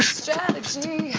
strategy